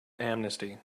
amnesty